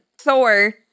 Thor